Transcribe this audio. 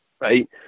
right